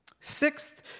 Sixth